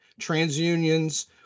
TransUnion's